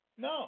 No